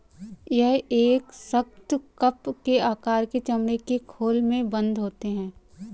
यह एक सख्त, कप के आकार के चमड़े के खोल में बन्द होते हैं